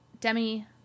Demi-